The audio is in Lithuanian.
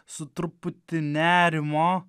su truputį nerimo